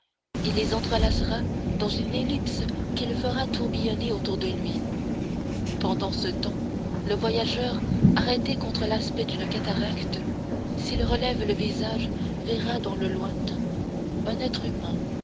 il les entrelacera dans une ellipse qu'il fera tourbillonner autour de lui pendant ce temps le voyageur arrêté contre l'aspect d'une cataracte s'il relève le visage verra dans le lointain un être humain